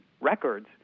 records